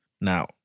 Now